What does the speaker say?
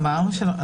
את